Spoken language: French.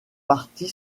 partie